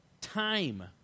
time